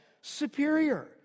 superior